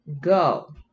Go